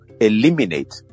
eliminate